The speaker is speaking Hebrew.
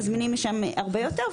בפריפריה מזמינים הרבה יותר אמבולנסים,